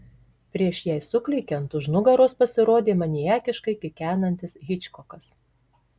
prieš jai suklykiant už nugaros pasirodė maniakiškai kikenantis hičkokas